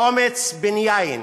חומץ בן יין.